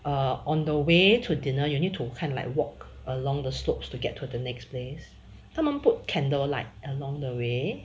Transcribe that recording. err on the way to dinner you need to kind of like walk along the slopes to get to the next place 他们 put candle light along the way